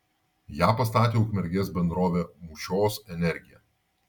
ją pastatė ukmergės bendrovė mūšios energija